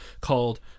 called